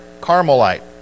Carmelite